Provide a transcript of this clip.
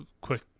quick